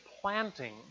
planting